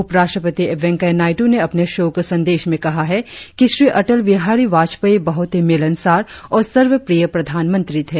उपराष्ट्रपति वेंकैया नायडु ने अपने शोक संदेश में कहा है कि श्री अटल बिहारी वाजपेयी बहुत ही मिलनसार और सर्वप्रिय प्रधानमंत्री थे